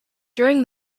during